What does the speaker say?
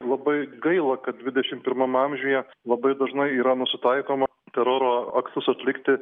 labai gaila kad dvidešim pirmam amžiuj labai dažnai yra nusitaikoma teroro aktus atlikti